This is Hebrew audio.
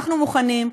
אנחנו מוכנים,